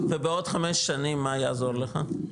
ובעוד חמש שנים, מה יעזור לך?